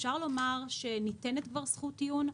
אפשר לומר שניתנת כבר זכות טיעון,